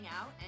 out